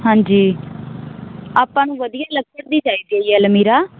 ਹਾਂਜੀ ਆਪਾਂ ਨੂੰ ਵਧੀਆ ਲੱਕੜ ਦੀ ਚਾਹੀਦੀ ਹੈ ਜੀ ਅਲਮੀਰਾ